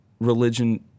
religion